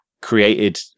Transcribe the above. created